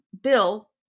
Bill